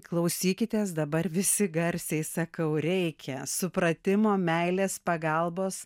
klausykitės dabar visi garsiai sakau reikia supratimo meilės pagalbos